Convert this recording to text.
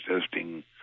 testing